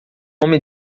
homem